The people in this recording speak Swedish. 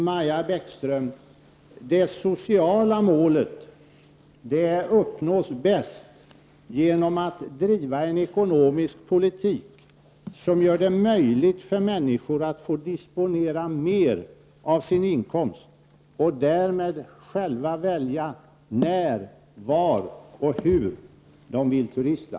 Maja Bäckström, det sociala målet uppnår man bäst genom att driva en ekonomisk politik som gör det möjligt för människor att disponera mer av sina inkomster och därmed själva välja när, var och hur de vill turista.